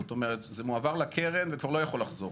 זאת אמרת זה מועבר לקרן וכבר לא יכול לחזור.